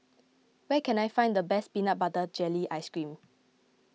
where can I find the best Peanut Butter Jelly Ice Cream